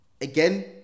again